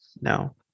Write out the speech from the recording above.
No